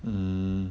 mm